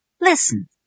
Listen